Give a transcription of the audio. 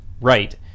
right